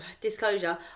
disclosure